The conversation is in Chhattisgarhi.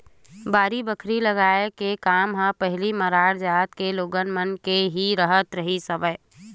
बाड़ी बखरी लगाए के काम ह पहिली मरार जात के लोगन मन के ही राहत रिहिस हवय